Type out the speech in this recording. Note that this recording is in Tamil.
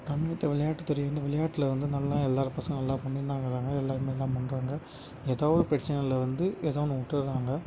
தமிழகத்தில் விளையாட்டு துறை வந்து விளையாட்டில் வந்து நல்லா எல்லாரு பசங்களும் நல்லா பண்ணிருந்தாங்க எல்லாம் எல்லோருமே இதான் பண்ணுறாங்க ஏதோ ஒரு பிரச்சனையினால் வந்து ஏதோ ஒன்று விட்டுட்றாங்க